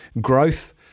growth